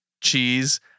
Cheese